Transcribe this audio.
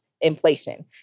inflation